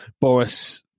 Boris